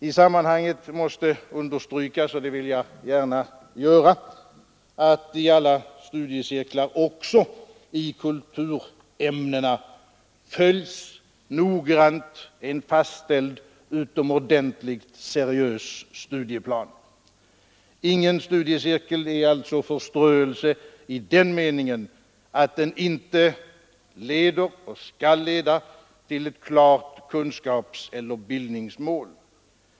I sammanhanget vill jag gärna understryka att studiecirklar också i kulturämnena noggrant följer en fastställd utomordentligt seriös studieplan. Ingen studiecirkel är alltså förströelse i den meningen att den inte leder och skall leda till ett klart kunskapseller bildningsmål.